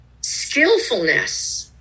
skillfulness